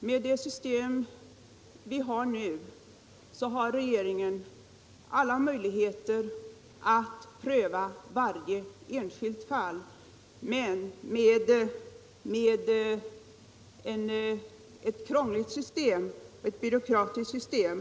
Med det nuvarande systemet har regeringen alla möjligheter att pröva varje enskilt fall men med ett krångligt och byråkratiskt system.